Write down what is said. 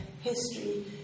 history